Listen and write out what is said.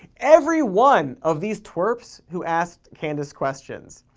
every one of these twerps who asked candace questions.